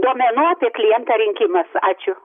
duomenų apie klientą rinkimas ačiū